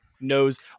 knows